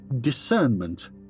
discernment